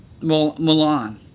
Milan